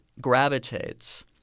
gravitates